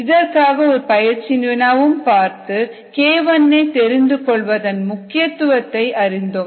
இதற்கான ஒரு பயிற்சி வினாவும் பார்த்து k1a தெரிந்து கொள்வதன் முக்கியத்துவத்தை அறிந்தோம்